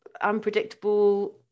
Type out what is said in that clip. unpredictable